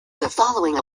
following